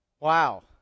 Wow